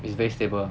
it's very stable